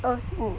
oh